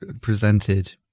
presented